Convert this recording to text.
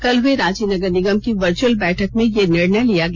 कल हुए रांची नगर निगम की वर्यअल बैठक में यह निर्णय लिया गया